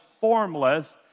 formless